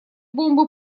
бомбы